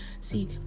see